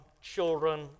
children